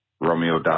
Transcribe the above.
Romeo